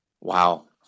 Wow